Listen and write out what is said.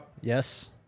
Yes